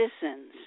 citizens